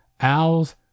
owls